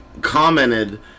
commented